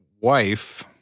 wife